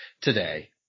today